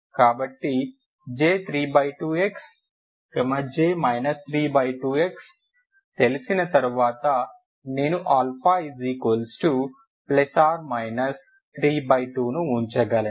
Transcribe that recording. కాబట్టి J32 x J 32 xతెలిసిన తరువాత నేను α±32ను ఉంచగలను